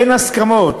אין הסכמות.